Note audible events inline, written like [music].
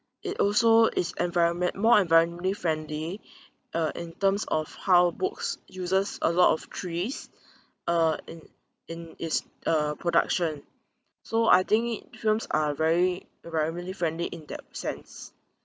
it also is environment~ more environmentally friendly [breath] uh in terms of how books uses a lot of trees uh in in its uh production so I think it films are very environmentally friendly in that sense